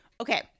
Okay